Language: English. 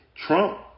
Trump